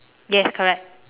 yes correct